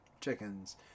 chickens